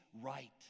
right